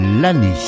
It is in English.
l'année